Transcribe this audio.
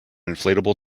inflatable